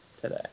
today